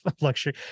luxury